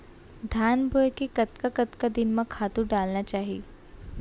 धान बोए के कतका कतका दिन म खातू डालना चाही?